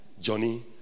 Johnny